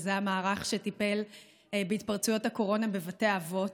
שזה המערך שטיפל בהתפרצויות הקורונה בבתי האבות.